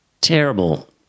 terrible